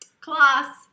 class